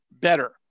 better